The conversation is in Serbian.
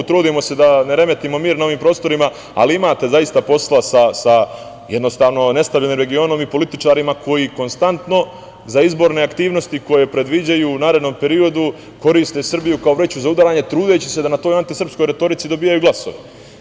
Trudimo se da ne remetimo mir na ovim prostorima, ali imate zaista posla sa nestabilnim regionom i političarima koji konstantno za izborne aktivnosti, koje predviđaju u narednom periodu, koriste Srbiju kao vreću za udaranje, trudeći se da na toj antisrpskoj retorici dobijaju glasove.